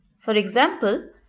for example,